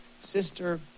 sister